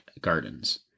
gardens